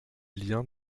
liens